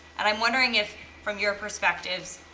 and i'm wondering if from your perspectives,